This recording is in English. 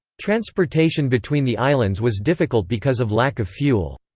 transportation between the islands was difficult because of lack of fuel.